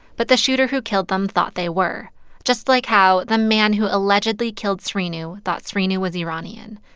but the shooter who killed them thought they were just like how the man who allegedly killed srinu thought srinu was iranian.